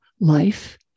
life